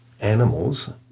animals